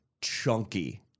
chunky